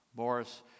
Boris